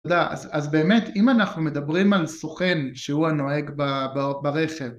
תודה, אז באמת אם אנחנו מדברים על סוכן שהוא הנוהג ברכב